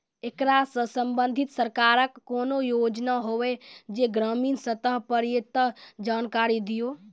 ऐकरा सऽ संबंधित सरकारक कूनू योजना होवे जे ग्रामीण स्तर पर ये तऽ जानकारी दियो?